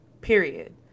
period